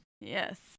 Yes